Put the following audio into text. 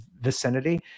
vicinity